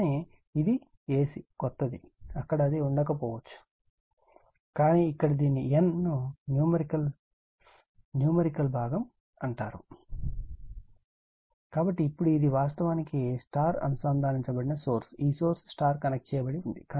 కానీ ఇది ac కొత్తది అక్కడ అది ఉండకపోవచ్చు కానీ ఇక్కడ దీనిని n ను న్యూమరికల్ భాగం అంటారు కాబట్టి ఇప్పుడు ఇది వాస్తవానికి Y అనుసంధానించబడిన సోర్స్ ఈ సోర్స్ Y కనెక్ట్ చేయబడింది